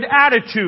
attitude